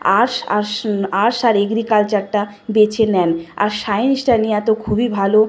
arts arts arts আর এগ্রিকালচারটা বেছে নেন আর সায়েন্সটা নেওয়া তো খুবই ভালো